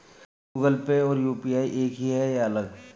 Google Pay और UPI एक ही है या अलग?